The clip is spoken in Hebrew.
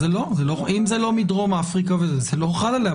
אם זה לא מדרום אפריקה, זה לא חל עליה.